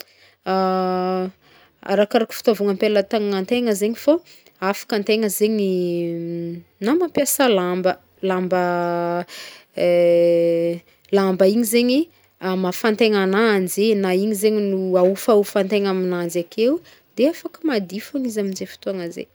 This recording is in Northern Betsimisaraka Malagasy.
Ya, kaofa mampiasa aspiratera igny ndraiky zegny agne, tsara atao misesy tsara mampiasa agnanjy amjay tsisy a tavela zegny le vovobovoko, de tsy mila magnagno karaha asan'olo kamo igny hoe dingidingagniny fô mila atao misesy tsara ze party tiantegna hady tsara de ampandalovigny tsara amindre zegny izy.